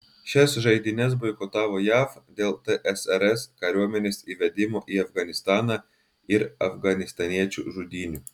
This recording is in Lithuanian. šias žaidynes boikotavo jav dėl tsrs kariuomenės įvedimo į afganistaną ir afganistaniečių žudynių